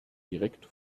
direkt